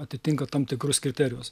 atitinka tam tikrus kriterijus